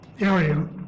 area